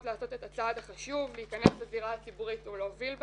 לעשות את הצעד החשוב להיכנס לזירה הציבורית או להוביל בה.